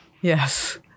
Yes